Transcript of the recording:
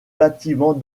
bâtiment